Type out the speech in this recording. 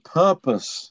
purpose